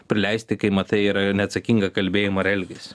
prileisti kai matai ir neatsakingą kalbėjimą iar elgesį